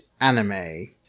anime